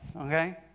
okay